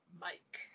mike